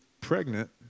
pregnant